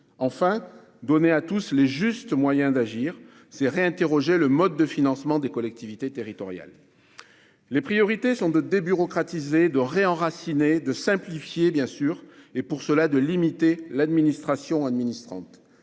enfin, donnons à tous les justes moyens d'agir, en réinterrogeant le mode de financement des collectivités territoriales. Les priorités sont de débureaucratiser, de réenraciner et bien sûr de simplifier, en limitant pour cela l'administration administrante.